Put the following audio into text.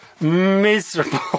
Miserable